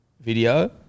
video